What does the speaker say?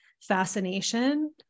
fascination